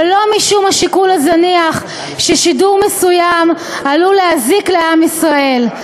ולו משום השיקול הזניח ששידור מסוים עלול להזיק לעם ישראל,